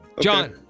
John